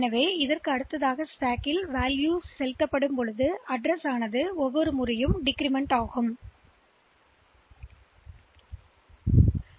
எனவேஇந்த முகவரி மேலும் மேலும் உறுப்பு அதில் வைக்கப்படுவதால்மதிப்புகள் குறையும்